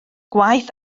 gwaith